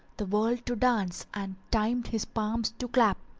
the world to dance and time his palms to clap.